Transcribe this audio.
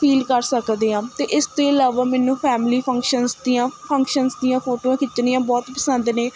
feel ਕਰ ਸਕਦੇ ਹਾਂ ਅਤੇ ਇਸ ਤੋਂ ਇਲਾਵਾ ਮੈਨੂੰ ਫੈਮਲੀ ਫੰਕਸ਼ਨਸ ਦੀਆਂ ਫੰਕਸ਼ਨਸ ਦੀਆਂ ਫੋਟੋਆਂ ਖਿੱਚਣੀਆਂ ਬਹੁਤ ਪਸੰਦ ਨੇ